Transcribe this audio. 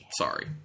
Sorry